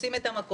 תופסים את המקום.